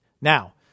Now